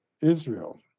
Israel